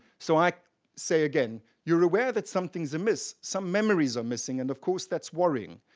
so i say again, you're aware that something's amiss. some memories are missing, and, of course, that's worrying.